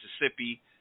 Mississippi